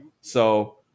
So-